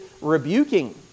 rebuking